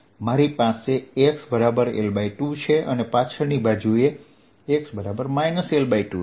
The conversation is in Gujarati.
તેથી મારી પાસે xL2 છે અને પાછળની બાજુએ x L2 છે